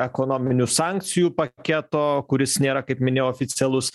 ekonominių sankcijų paketo kuris nėra kaip minėjau oficialus